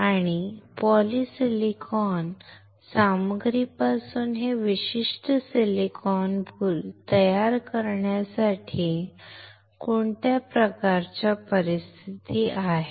आणि पॉलिसिलिकॉन सामग्रीपासून हे विशिष्ट सिलिकॉन बुल तयार करण्यासाठी कोणत्या प्रकारच्या परिस्थिती आहेत